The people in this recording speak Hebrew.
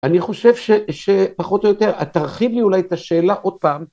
אני חושב שפחות או יותר, תרחיב לי אולי את השאלה עוד פעם.